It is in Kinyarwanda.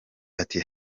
ati